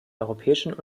europäischen